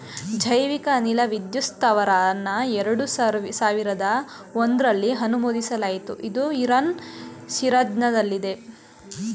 ಜೈವಿಕ ಅನಿಲ ವಿದ್ಯುತ್ ಸ್ತಾವರನ ಎರಡು ಸಾವಿರ್ದ ಒಂಧ್ರಲ್ಲಿ ಅನುಮೋದಿಸಲಾಯ್ತು ಇದು ಇರಾನ್ನ ಶಿರಾಜ್ನಲ್ಲಿದೆ